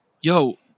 yo